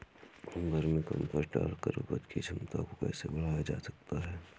Vermi compost डालकर उपज की क्षमता को कैसे बढ़ाया जा सकता है?